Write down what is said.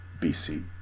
BC